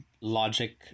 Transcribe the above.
logic